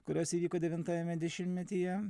kurios įvyko devintajame dešimtmetyje